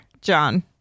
John